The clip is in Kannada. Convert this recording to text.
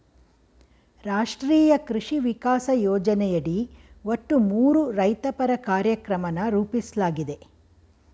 ರಾಷ್ಟ್ರೀಯ ಕೃಷಿ ವಿಕಾಸ ಯೋಜನೆಯಡಿ ಒಟ್ಟು ಮೂರು ರೈತಪರ ಕಾರ್ಯಕ್ರಮನ ರೂಪಿಸ್ಲಾಗಿದೆ